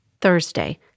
Thursday